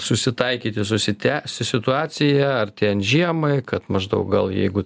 susitaikyti su site su situacija artėjant žiemai kad maždaug gal jeigu